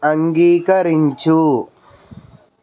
అంగీకరించు